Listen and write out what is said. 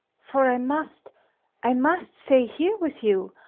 for i must i must stay here with you!